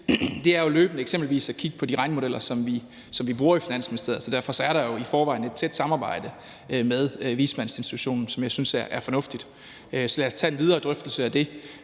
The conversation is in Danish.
løbende at kigge på de regnemodeller, som vi bruger i Finansministeriet. Så der er jo i forvejen et tæt samarbejde med vismandsinstitutionen, som jeg synes er fornuftigt. Så lad os tage en videre drøftelse af det